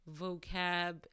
vocab